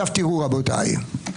רבותיי,